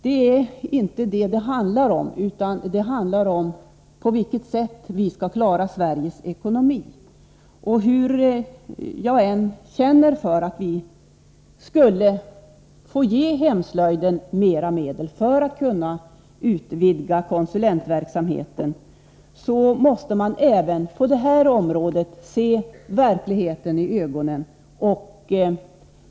Det är inte detta det handlar om, utan det handlar om på vilket sätt vi skall klara Sveriges ekonomi. Hur mycket jag än känner för att ge hemslöjden ytterligare medel för att konsulentverksamheten skulle kunna få utvidgas måste vi även på det här området se verkligheten i ögonen.